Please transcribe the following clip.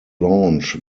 launch